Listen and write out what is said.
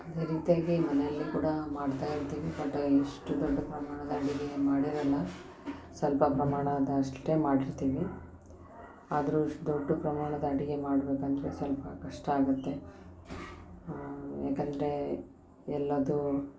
ಅದೇ ರೀತಿಯಾಗಿ ಮನೇಲಿ ಕೂಡಾ ಮಾಡ್ತಾ ಇರ್ತಿವಿ ಬಟ್ ಇಷ್ಟು ದೊಡ್ಡ ಪ್ರಮಾಣದ ಅಡಿಗೆ ಮಾಡಿರಲ್ಲ ಸ್ವಲ್ಪ ಪ್ರಮಾಣದ ಅಷ್ಟೆ ಮಾಡಿರ್ತೀವಿ ಆದರು ಇಷ್ಟು ದೊಡ್ಡ ಪ್ರಮಾಣದ ಅಡಿಗೆ ಮಾಡ್ಬೇಕು ಅಂದರೆ ಸ್ವಲ್ಪ ಕಷ್ಟ ಆಗುತ್ತೆ ಯಾಕಂದರೆ ಎಲ್ಲದೂ